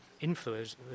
influence